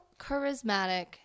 charismatic